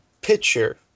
picture